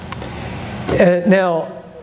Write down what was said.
Now